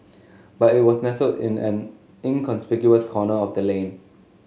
but it was nestled in an inconspicuous corner of the lane